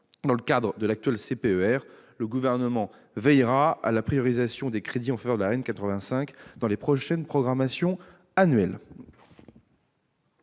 Dans le cadre de l'actuel CPER, le Gouvernement veillera à la priorisation des crédits en faveur de la RN85 dans les prochaines programmations annuelles.